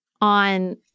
on